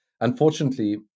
Unfortunately